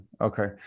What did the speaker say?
okay